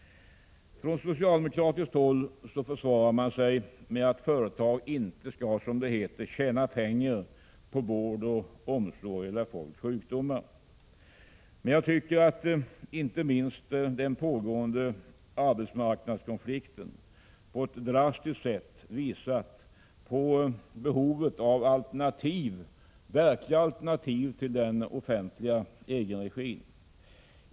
Från socialdemokratiskt håll försvarar man sig med att företag inte skall ”tjäna pengar på vård och omsorg eller på folks sjukdomar”. Jag tycker dock att inte minst den pågående arbetsmarknadskonflikten på ett drastiskt sätt visat på behovet av verkliga alternativ till den offentliga egenregin.